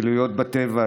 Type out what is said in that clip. פעילויות בטבע,